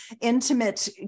intimate